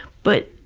but,